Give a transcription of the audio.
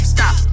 Stop